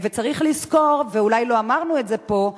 וצריך לזכור, ואולי לא אמרנו את זה פה,